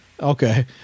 okay